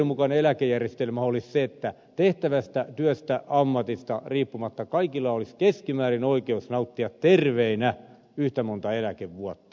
oikeudenmukainen eläkejärjestelmä olisi se että tehtävästä työstä ammatista riippumatta kaikilla olisi keskimäärin oikeus nauttia terveenä yhtä monta eläkevuotta